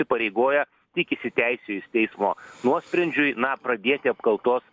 įpareigoja tik įsiteisėjus teismo nuosprendžiui na pradėti apkaltos